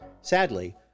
Sadly